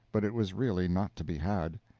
but it was really not to be had.